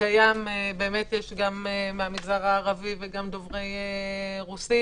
באמת יש גם מהמגזר הערבי וגם דוברי רוסית.